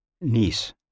Niece